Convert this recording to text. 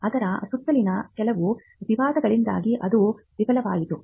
ಅದರ ಸುತ್ತಲಿನ ಕೆಲವು ವಿವಾದಗಳಿಂದಾಗಿ ಅದು ವಿಫಲವಾಯಿತು